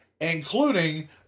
including